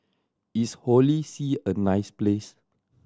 is Holy See a nice place